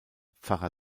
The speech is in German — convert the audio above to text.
pfarrer